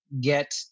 get